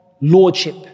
Lordship